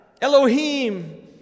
Elohim